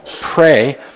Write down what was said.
pray